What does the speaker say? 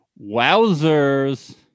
Wowzers